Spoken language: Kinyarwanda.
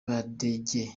badege